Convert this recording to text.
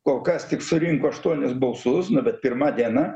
kol kas tik surinko aštuonis balsus nu bet pirma diena